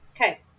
Okay